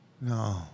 No